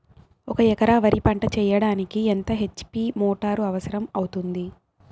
ఒక ఎకరా వరి పంట చెయ్యడానికి ఎంత హెచ్.పి మోటారు అవసరం అవుతుంది?